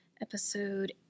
episode